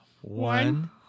One